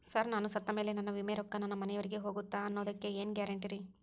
Sir ನಾನು ಸತ್ತಮೇಲೆ ನನ್ನ ವಿಮೆ ರೊಕ್ಕಾ ನನ್ನ ಮನೆಯವರಿಗಿ ಹೋಗುತ್ತಾ ಅನ್ನೊದಕ್ಕೆ ಏನ್ ಗ್ಯಾರಂಟಿ ರೇ?